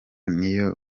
niyo